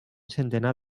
centenar